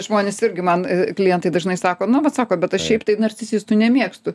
žmonės irgi man klientai dažnai sako nu vat sako bet aš šiaip taip narcisistų nemėgstu